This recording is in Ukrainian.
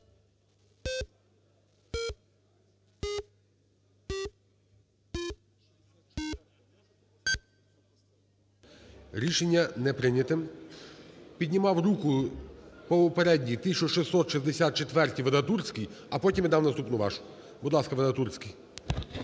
Рішення не прийнято. Піднімав руку по попередній, 1664-й, Вадатурський, а потім дам наступну вашу. Будь ласка, Вадатурський.